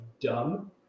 dumb